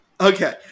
Okay